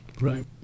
Right